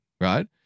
right